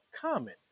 Common